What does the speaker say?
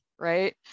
Right